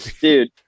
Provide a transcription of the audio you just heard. Dude